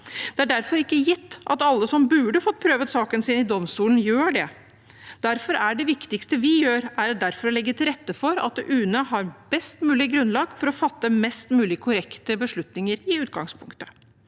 Det er derfor ikke gitt at alle som burde fått prøvd saken sin i domstolen, gjør det. Derfor er det viktigste vi gjør, å legge til rette for at UNE har best mulig grunnlag for å fatte mest mulig korrekte beslutninger i utgangspunktet.